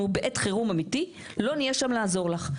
אנחנו בעת חירום אמיתי לא נהיה שם לעזור לך.